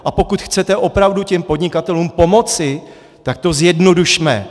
A pokud chcete opravdu těm podnikatelům pomoci, tak to zjednodušme.